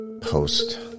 post